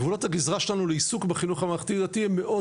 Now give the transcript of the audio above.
גבולות הגזרה שלנו לעיסוק בחינוך הממלכתי דתי הם מאוד